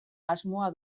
asmoa